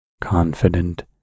confident